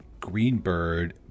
Greenbird